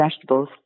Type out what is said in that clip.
vegetables